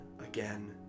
again